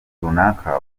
runaka